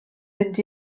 mynd